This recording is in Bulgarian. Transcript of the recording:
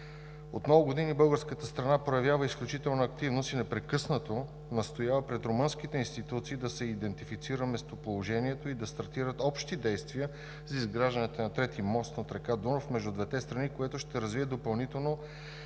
От много години българската страна проявява изключителна активност и непрекъснато настоява пред румънските институции да се идентифицира местоположението и да стартират общи действия за изграждането на трети мост над река Дунав между двете страни, което ще развие допълнително